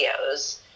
videos